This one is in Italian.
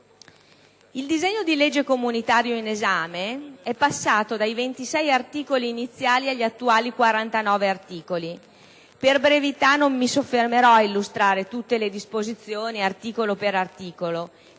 Il disegno di legge comunitaria in esame è passato dai 26 articoli iniziali agli attuali 49 articoli. Per brevità, non mi soffermerò a illustrare tutte le disposizioni, articolo per articolo,